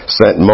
sent